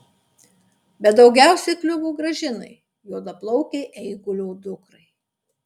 bet daugiausiai kliuvo gražinai juodaplaukei eigulio dukrai